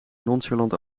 nonchalant